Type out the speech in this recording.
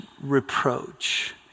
reproach